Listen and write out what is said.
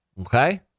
okay